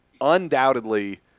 undoubtedly –